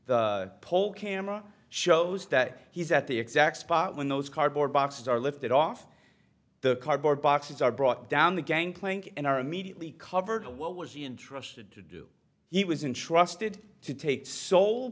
the pole camera shows that he's at the exact spot when those cardboard boxes are lifted off the cardboard boxes are brought down the gangplank and are immediately covered what was he interested to do he was intrusted to takes sole